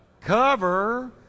Cover